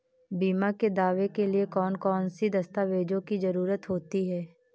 बीमा के दावे के लिए कौन कौन सी दस्तावेजों की जरूरत होती है?